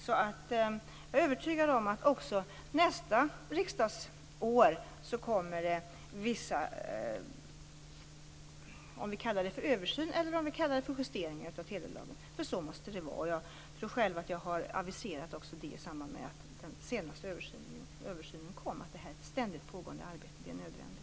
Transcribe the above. Jag är övertygad om att det också nästa riksdagsår kommer en översyn och justeringar av telelagen. Så måste det vara. Jag har själv aviserat det i samband med att den senaste översynen kom. Detta är ett ständigt pågående arbete. Det är nödvändigt.